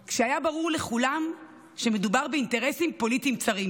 כשהיה ברור לכולם שמדובר באינטרסים פוליטיים צרים.